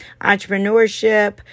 entrepreneurship